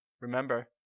remember